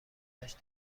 داشت